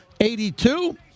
82